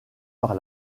par